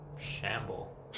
shamble